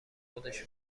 خودش